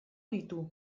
ditu